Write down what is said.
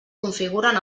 configuren